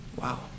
Wow